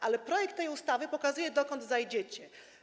Ale projekt tej ustawy pokazuje, dokąd zajdziecie.